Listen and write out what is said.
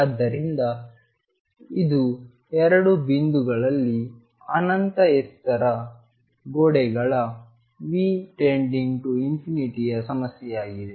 ಆದ್ದರಿಂದ ಇದು ಎರಡು ಬಿಂದುಗಳಲ್ಲಿ ಅನಂತ ಎತ್ತರದ ಗೋಡೆಗಳ V→∞ ನ ಸಮಸ್ಯೆಯಾಗಿದೆ